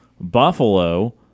Buffalo